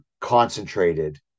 concentrated